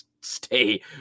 stay